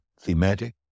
thematic